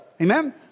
Amen